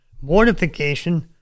Mortification